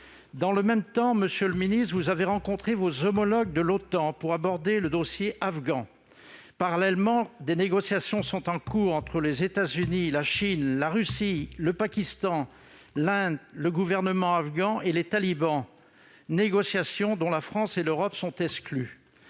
Dans le même temps, monsieur le ministre, vous avez rencontré vos homologues de l'OTAN pour aborder le dossier afghan. Parallèlement, des négociations sont en cours entre les États-Unis, la Chine, la Russie, le Pakistan, l'Inde, le gouvernement afghan et les talibans, négociations dont la France et l'Europe sont exclues.